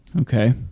Okay